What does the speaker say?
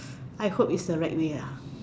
I hope is the right way lah